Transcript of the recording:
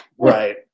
Right